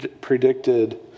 predicted